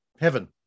heaven